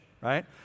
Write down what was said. right